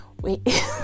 Wait